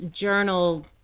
journal